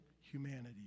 humanity